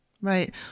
Right